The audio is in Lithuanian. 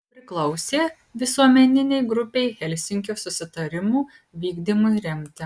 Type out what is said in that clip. priklausė visuomeninei grupei helsinkio susitarimų vykdymui remti